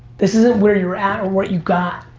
this isn't where you're at or what you've got,